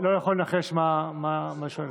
אני לא יכול לנחש מה היא שואלת.